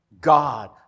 God